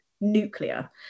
nuclear